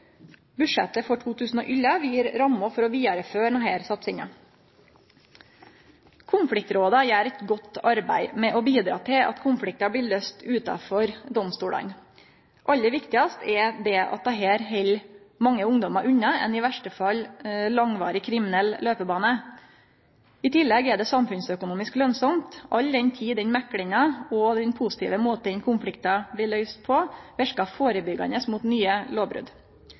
Budsjettet for 2011 gjev rammer for å vidareføre denne satsinga. Konfliktråda gjer eit godt arbeid med å bidra til at konfliktar blir løyste utanfor domstolane. Aller viktigast er det at dette held mange ungdommar unna ein i verste fall langvarig kriminell livsveg. I tillegg er det samfunnsøkonomisk lønsamt all den tid den meklinga og den positive måten konfliktar blir løyste på, verkar førebyggjande mot nye